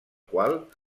qual